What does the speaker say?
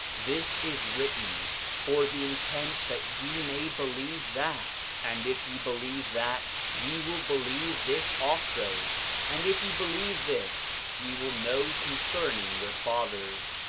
this is written for the intent that ye may believe that and if ye believe that ye will believe this also and if ye believe this ye will know concerning your fathers,